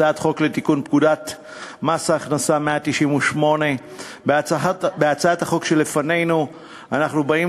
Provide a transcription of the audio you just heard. הצעת חוק לתיקון פקודת מס הכנסה (מס' 198). בהצעת החוק שלפנינו אנחנו באים